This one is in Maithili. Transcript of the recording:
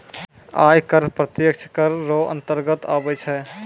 आय कर प्रत्यक्ष कर रो अंतर्गत आबै छै